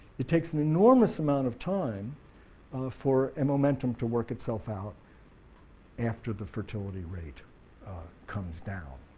it takes an enormous amount of time for and momentum to work itself out after the fertility rate comes down.